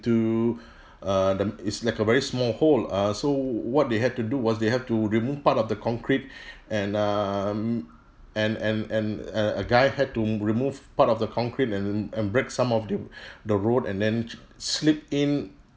to um the it's like a very small hole uh so what they had to do was they had to remove part of the concrete and um and and and uh a guy had to remove part of the concrete and and break some of the the road and then slip in